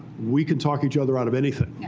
we can talk each other out of anything.